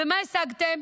ומה השגתם?